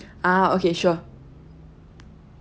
ah okay sure